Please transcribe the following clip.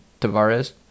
Tavares